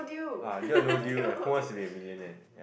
ah deal or no deal and who wants to be a millionaire